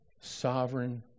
sovereign